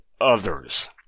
others